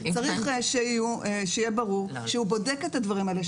צריך שיהיה ברור שהוא בודק את הדברים האלה,